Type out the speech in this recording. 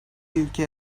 ülke